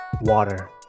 water